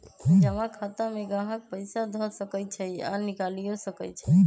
जमा खता में गाहक पइसा ध सकइ छइ आऽ निकालियो सकइ छै